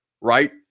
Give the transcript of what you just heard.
right